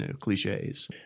cliches